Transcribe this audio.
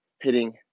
hitting